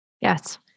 Yes